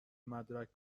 مدرک